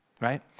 right